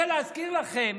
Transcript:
אני רוצה להזכיר לכם